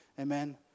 Amen